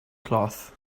cloth